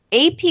AP